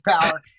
power